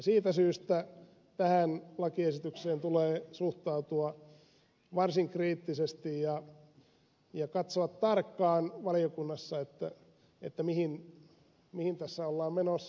siitä syystä tähän lakiesitykseen tulee suhtautua varsin kriittisesti ja katsoa tarkkaan valiokunnassa mihin tässä ollaan menossa